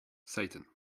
satan